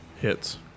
Hits